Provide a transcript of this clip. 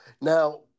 now